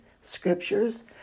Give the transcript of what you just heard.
scriptures